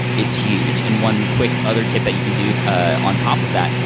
it's huge. and one quick other tip that you can do ah on top of that,